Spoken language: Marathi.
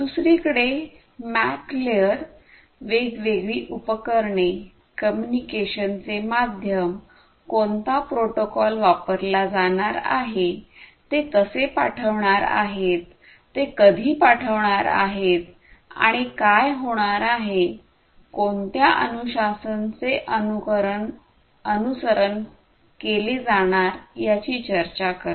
दुसरीकडे मॅक लेयर वेगवेगळी उपकरणे कम्युनिकेशनचे माध्यम कोणता प्रोटोकॉल वापरला जाणार आहे ते कसे पाठवणार आहेत ते कधी पाठवणार आहेत आणि काय होणार आहे कोणत्या अनु शासन चे अनुसरण केले जाणार याची चर्चा करते